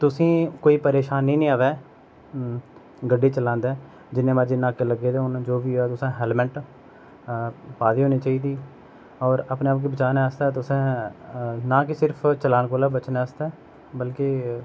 तुसें कोई परेशानी नी आवे गड्डी चलांदे जिन्ने मर्जी नाके लग्गे दे होन जो बी ऐ तुसें हैलमेंट पाई दी होनी चाहिदी और अपने आप गी बचाने आस्तै तुसें ना की सिर्फ चलान कोला बचने आस्तै बल्कि